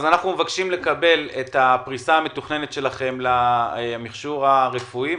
אנחנו מבקשים לקבל את הפריסה המתוכננת שלכם למכשור הרפואי,